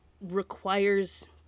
requires